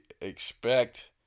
expect